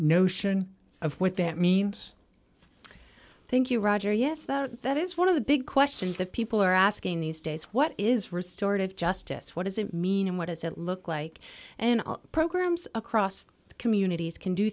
notion of what that means thank you roger yes that is one of the big questions that people are asking these days what is restored of justice what does it mean and what does it look like and programs across the communities can do